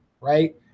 right